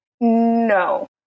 No